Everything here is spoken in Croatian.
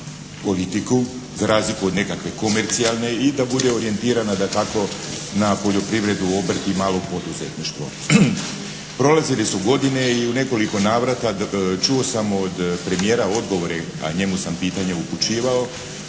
politiku, za razliku od nekakve komercijalne i da bude orijentirana dakako na poljoprivredu, obrt i malo poduzetništvo. Prolazile su godine i u nekoliko navrata čuo sam od premijera odgovore, a njemu sam pitanje upućivao,